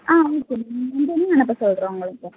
ஆ okay ma'am வந்தோடன்னே அனுப்ப சொல்கிறேன் உங்களுக்கு